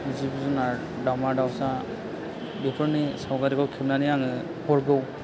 जिब जुनार दावमा दावसा बेफोरनि सावगारिखौ खेबनानै आङो हरगोव